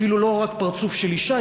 אפילו לא רק פרצוף של אישה,